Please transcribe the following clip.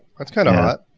it's kinda hot,